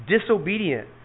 disobedient